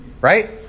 Right